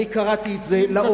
אני קראתי את זה לעומק,